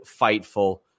Fightful